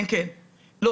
כן, לא